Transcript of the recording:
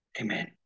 Amen